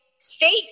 safe